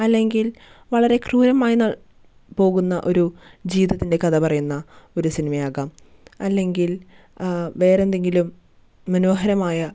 അല്ലെങ്കിൽ വളരെ ക്രൂരമായി പോകുന്ന ഒരു ജീവിതത്തിൻ്റെ കഥ പറയുന്ന ഒരു സിനിമായാകാം അല്ലെങ്കിൽ വേറെന്തെങ്കിലും മനോഹരമായ